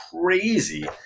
crazy